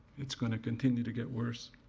it's gonna continue to get worse.